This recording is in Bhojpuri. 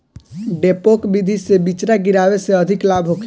डेपोक विधि से बिचरा गिरावे से अधिक लाभ होखे?